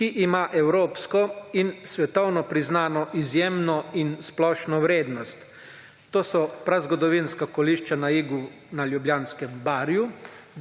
ki ima evropsko in svetovno priznano izjemno in splošno vrednost to so prazgodovinska kolišča na Igu na Ljubljanskem barju,